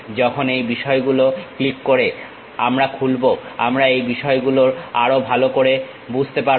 যখন এই বিষয়গুলো ক্লিক করে আমরা খুলবো আমরা এই বিষয়গুলো আলো আরো ভালো করে বুঝতে পারবো